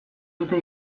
dute